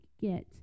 get